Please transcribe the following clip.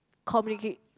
communicate